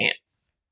chance